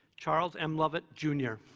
charles m. lovett, jr.